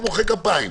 או מוחא כפיים.